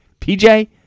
PJ